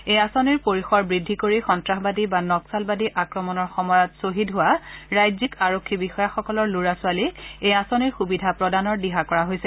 এই আঁচনিৰ পৰিসৰ বৃদ্ধি কৰি সন্তাসবাদী বা নক্সালবাদী আক্ৰমণৰ সময়ত শ্বহীদ হোৱা ৰাজ্যিক আৰক্ষী বিষয়াসকলৰ ল'ৰা ছোৱালীক এই আঁচনিৰ সুবিধা প্ৰদানৰ দিহা কৰা হৈছে